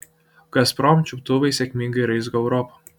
gazprom čiuptuvai sėkmingai raizgo europą